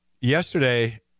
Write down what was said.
Yesterday